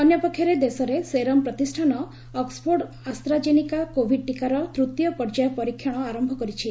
ଅନ୍ୟ ପକ୍ଷରେ ଦେଶରେ ସେରମ୍ ପ୍ରତିଷାନ ଅକ୍ଟଫୋର୍ଡ୍ ଆସ୍ତାଜେନେକା କୋଭିଡ୍ ଟିକାର ତୂତୀୟ ପର୍ଯ୍ୟାୟ ପରୀକ୍ଷଣ ଆରମ୍ଭ କରିଛି